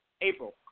April